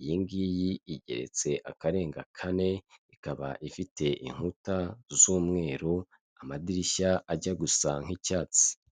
Iyi ngiyi igeretse akarenga kane, ikaba ifite inkuta z'umweru, amadirishya ajya gusanga nk'icyatsi.